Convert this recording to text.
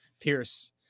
Pierce